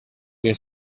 your